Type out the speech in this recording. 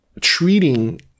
treating